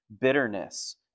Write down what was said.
bitterness